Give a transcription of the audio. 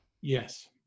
Yes